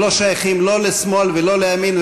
הם לא שייכים לא לשמאל ולא לימין,